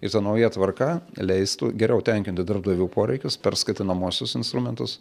ir ta nauja tvarka leistų geriau tenkinti darbdavių poreikius per skatinamuosius instrumentus